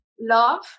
love